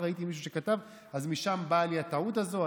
ככה ראיתי שמישהו כתב, אז משם באה לי הטעות הזאת.